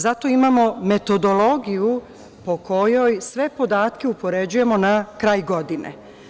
Zato imamo metodologiju po kojoj sve podatke upoređujemo na kraj godine.